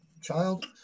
Child